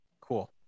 Cool